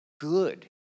good